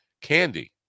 candy